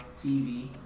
TV